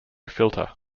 filter